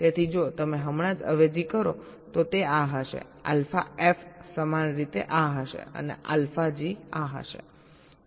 તેથી જો તમે હમણાં જ અવેજી કરો તો તે આ હશે આલ્ફા એફ સમાન રીતે આ હશે અને આલ્ફા જી આ હશે